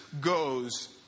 goes